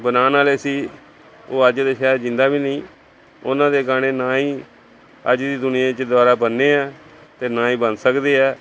ਬਣਾਉਣ ਵਾਲੇ ਸੀ ਉਹ ਅੱਜ ਤਾਂ ਸ਼ਾਇਦ ਜਿੰਦਾ ਵੀ ਨਹੀਂ ਉਹਨਾਂ ਦੇ ਗਾਣੇ ਨਾ ਹੀ ਅੱਜ ਦੀ ਦੁਨੀਆ 'ਚ ਦੁਬਾਰਾ ਬਣਨੇ ਆ ਅਤੇ ਨਾ ਹੀ ਬਣ ਸਕਦੇ ਆ